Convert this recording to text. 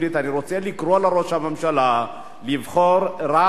אני רוצה לקרוא לראש הממשלה לבחור רב